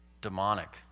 demonic